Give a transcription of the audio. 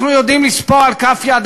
אנחנו יודעים לספור על אצבעות כף יד